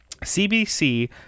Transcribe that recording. CBC